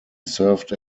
served